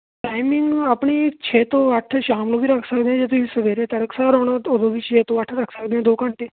timing ਆਪਣੀ ਛੇ ਤੋਂ ਅੱਠ ਸ਼ਾਮ ਨੂੰ ਵੀ ਰੱਖ ਸਕਦੇ ਜੇ ਤੁਸੀਂ ਸਵੇਰੇ ਤੜਕਸਾਰ ਆਉਣਾ ਉਦੋਂ ਵੀ ਛੇ ਤੋਂ ਅੱਠ ਰੱਖ ਸਕਦੇ ਦੋ ਘੰਟੇ